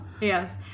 Yes